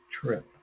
trip